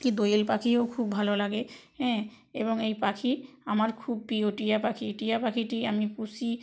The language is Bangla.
কী দোয়েল পাখিও খুব ভালো লাগে হ্যাঁ এবং এই পাখি আমার খুব প্রিয় টিয়া পাখি টিয়া পাখিটি আমি পুষি